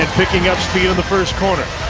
picking up speed in the first corner.